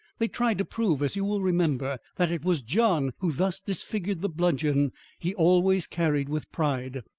they tried to prove, as you will remember, that it was john who thus disfigured the bludgeon he always carried with pride.